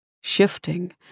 shifting